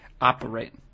operate